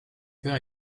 père